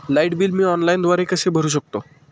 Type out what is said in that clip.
Light bill मी ऑनलाईनद्वारे कसे भरु शकतो?